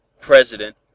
president